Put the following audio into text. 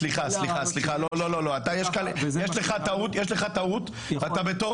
סליחה, סליחה, לא, לא, יש לך טעות ובתור